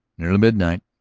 nearly midnight,